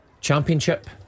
Championship